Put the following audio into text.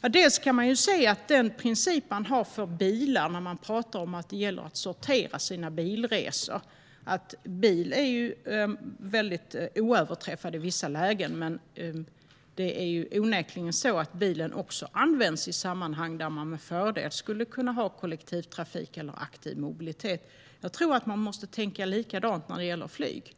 Man kan bland annat se på den princip man har för bilar. Man pratar om att det gäller att sortera sina bilresor. Bilen är oöverträffad i vissa lägen, men det är onekligen så att bilen också används i sammanhang där man med fördel skulle kunna ha kollektivtrafik eller aktiv mobilitet. Jag tror att man måste tänka likadant när det gäller flyg.